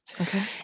Okay